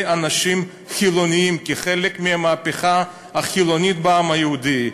אנשים חילונים כחלק מהמהפכה החילונית בעם היהודי.